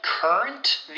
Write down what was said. Current